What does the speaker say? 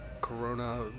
Corona